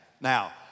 Now